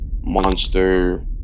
monster